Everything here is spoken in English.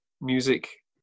music